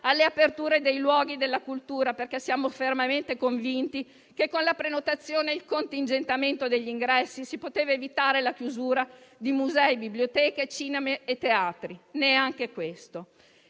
alle aperture dei luoghi della cultura perché siamo fermamente convinti che con la prenotazione e il contingentamento degli ingressi si poteva evitare la chiusura di musei, biblioteche, cinema e teatri. Neanche questo.